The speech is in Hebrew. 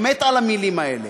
הוא מת על המילים האלה,